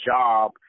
job